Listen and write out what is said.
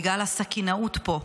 בגלל הסכינאות פה.